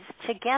together